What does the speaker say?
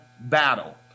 battle